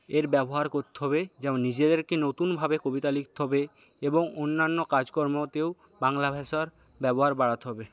এর ব্যবহার করতে হবে যেমন নিজেদেরকে নতুনভাবে কবিতা লিখতে হবে এবং অন্যান্য কাজকর্মতেও বাংলা ভাষার ব্যবহার বাড়াতে হবে